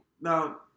Now